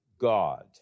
God